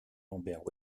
lambert